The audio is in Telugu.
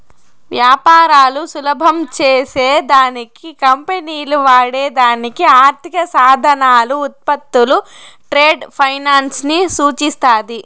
వ్యాపారాలు సులభం చేసే దానికి కంపెనీలు వాడే దానికి ఆర్థిక సాధనాలు, ఉత్పత్తులు ట్రేడ్ ఫైనాన్స్ ని సూచిస్తాది